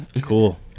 Cool